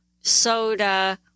soda